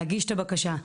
להגיש את הבקשה,